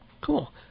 Cool